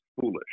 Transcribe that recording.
foolish